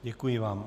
Děkuji vám.